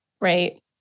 right